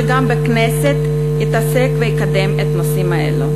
גם בכנסת אתעסק ואקדם נושאים אלו.